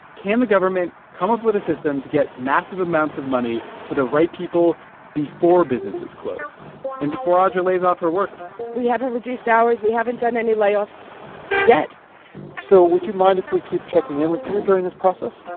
can the government come up with a system to get massive amounts of money to the right people before businesses close and before audra lays off her workers? we haven't reduced hours. we haven't done any layoffs yet so would you mind if we keep checking in with you during this process?